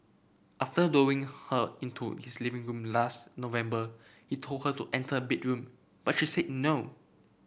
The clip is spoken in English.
after luring her into his living room last November he told her to enter a bedroom but she said no